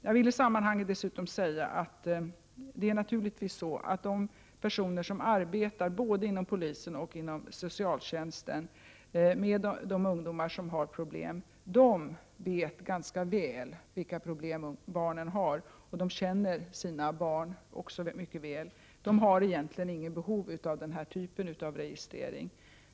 Jag vill i sammanhanget dessutom säga att det naturligtvis är så, att de personer som arbetar både inom polisen och inom socialtjänsten med de barn och ungdomar som har problem, vet ganska väl vilka problem barnen har. De känner också dessa barn mycket väl. De har egentligen inget behov av den här typen av registrering.